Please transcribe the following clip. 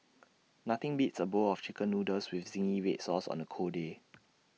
nothing beats A bowl of Chicken Noodles with Zingy Red Sauce on A cold day